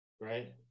right